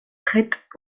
prêtent